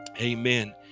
amen